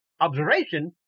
observation